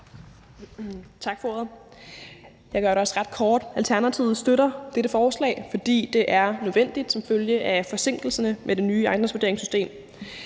Tak for ordet. Jeg gør det også ret kort: Alternativet støtter dette forslag, fordi det er nødvendigt som følge af forsinkelserne med det nye ejendomsvurderingssystem.